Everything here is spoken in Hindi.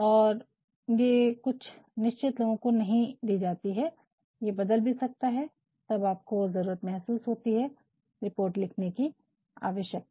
और ये कुछ निश्चित लोगो को ही नहीं दी जाती है ये बदल भी सकता है तब आपको ज़रुरत महसूस होती है और रिपोर्ट लिखने कि आवश्यकता